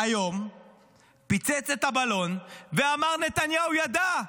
היום פוצץ את הבלון, ואמר: נתניהו ידע.